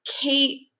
Kate